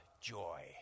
joy